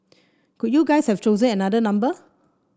couldn't you guys have chosen another number